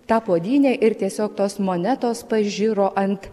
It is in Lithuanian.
tą puodynę ir tiesiog tos monetos pažiro ant